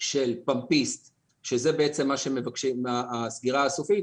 של - שזה מה שמבקשים בסגירה הסופית,